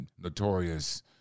notorious